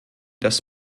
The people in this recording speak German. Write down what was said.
des